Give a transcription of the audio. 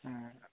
ꯎꯝ